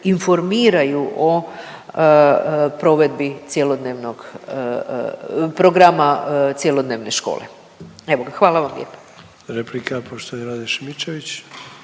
informiraju o provedbi cjelodnevnog, programa cjelodnevne škole. Evo ga, hvala vam lijepa. **Sanader, Ante